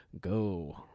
go